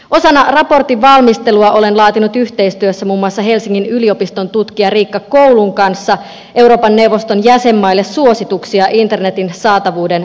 osana raportin valmistelua olen laatinut yhteistyössä muun muassa helsingin yliopiston tutkijan riikka koulun kanssa euroopan neuvoston jäsenmaille suosituksia internetin saatavuuden varmistamiseksi